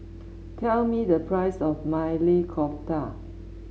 tell me the price of Maili Kofta